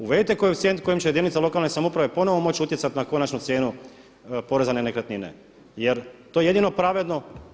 Uvedite koeficijent kojim će jedinica lokalne samouprave ponovo moći utjecati na konačnu cijenu poreza na nekretnine jer to je jedino pravedno.